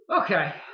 Okay